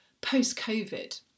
post-Covid